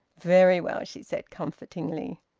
very well, she said comfortingly.